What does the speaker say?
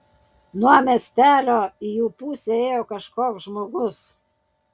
nuo miestelio į jų pusę ėjo kažkoks žmogus